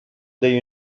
the